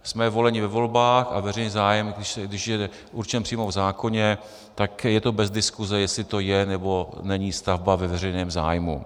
Jsme voleni ve volbách a veřejný zájem, když je určen přímo v zákoně, tak je to bez diskuse, jestli to je, nebo není stavba ve veřejném zájmu.